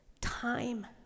time